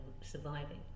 surviving